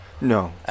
No